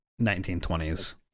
1920s